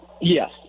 Yes